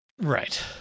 Right